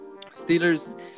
Steelers